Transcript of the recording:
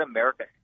America